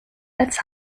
als